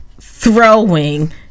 throwing